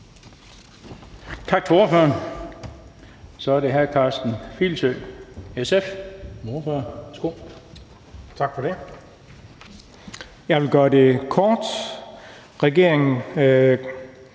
Tak for det.